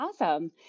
Awesome